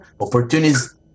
opportunities